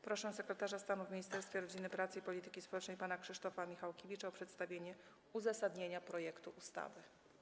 Proszę sekretarza stanu w Ministerstwie Rodziny, Pracy i Polityki Społecznej pana Krzysztofa Michałkiewicza o przedstawienie uzasadnienia projektu ustawy.